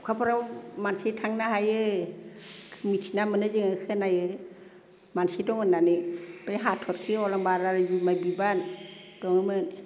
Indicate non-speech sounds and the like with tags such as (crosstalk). अखाफोराव मानसि थांनो हायो मिथिना मोनो जोङो खोनायो मानसि दं होननानै बे हाथरखि अलंबार (unintelligible) बिबान दङमोन